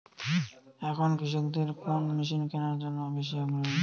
এখন কৃষকদের কোন মেশিন কেনার জন্য বেশি আগ্রহী?